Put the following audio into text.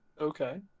Okay